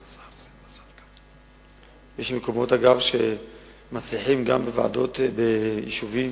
יש מקומות, אגב, שמצליחים, גם ביישובים